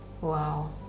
Wow